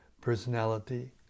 Personality